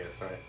right